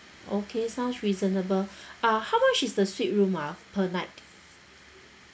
okay sounds reasonable ah how much is the suite room ah per night